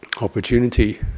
opportunity